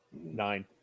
nine